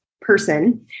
person